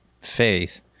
faith